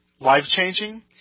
life-changing